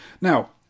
Now